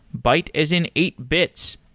byte as in eight bits.